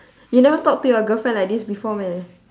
you never talk to you girlfriend like this before meh